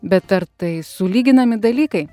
bet ar tai sulyginami dalykai